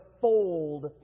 fold